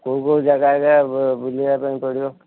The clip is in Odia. କେଉଁ କେଉଁ ଯାଗା ଆଜ୍ଞା ବୁଲିବା ପାଇଁ ପଡ଼ିବ